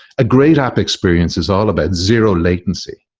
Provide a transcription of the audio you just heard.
a great app experience is all about zero latency.